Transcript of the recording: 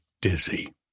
dizzy